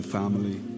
family